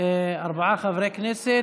ארבעה חברי כנסת.